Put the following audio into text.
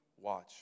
watch